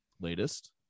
latest